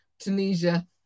Tunisia